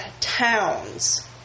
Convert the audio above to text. towns